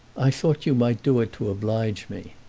i thought you might do it to oblige me.